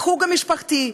בחוג המשפחתי,